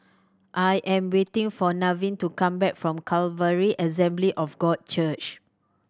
I am waiting for Nevin to come back from Calvary Assembly of God Church